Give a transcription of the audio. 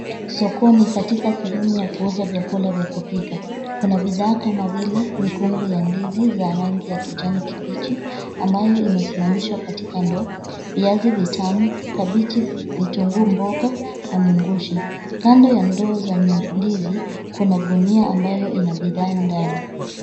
Sokoni katika sehemu ya kuuza vyakula vya kupika. Kuna bidhaa kama vile mikungu ya ndizi za rangi ya kijani kibichi ambayo imesimamishwa katika ndoo, viazi vitamu, kabichi, vitunguu, mboga na mungushi . Kando ya ndoo zenye ndizi kuna gunia ambayo ina bidhaa ndani